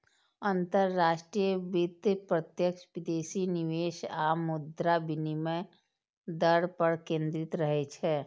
अंतरराष्ट्रीय वित्त प्रत्यक्ष विदेशी निवेश आ मुद्रा विनिमय दर पर केंद्रित रहै छै